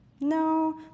no